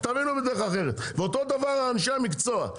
אתם תבינו בדרך אחרת ואותו דבר אנשי המקצוע.